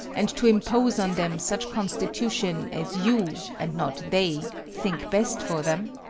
and to impose on them such constitution as you, and not they, think best for them?